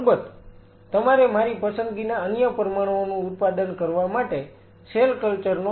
અલબત તમારે મારી પસંદગીના અન્ય પરમાણુઓનું ઉત્પાદન કરવા માટે સેલ કલ્ચર નો ગહન અભ્યાસ કરવો પડશે